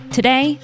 Today